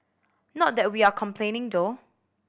not that we are complaining though